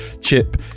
Chip